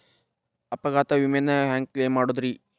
ಅಪಘಾತ ವಿಮೆನ ಹ್ಯಾಂಗ್ ಕ್ಲೈಂ ಮಾಡೋದ್ರಿ?